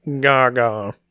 gaga